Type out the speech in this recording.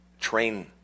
train